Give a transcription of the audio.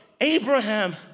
Abraham